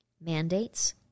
mandates